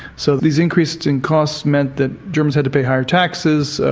so these increases in cost meant that germans had to pay higher taxes,